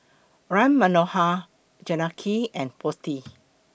Ram Manohar Janaki and Potti